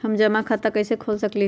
हम जमा खाता कइसे खुलवा सकली ह?